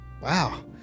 wow